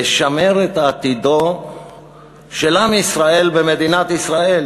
לשמר את עתידו של עם ישראל במדינת ישראל,